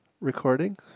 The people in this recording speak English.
recording